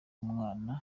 umwana